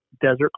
desert